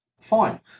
Fine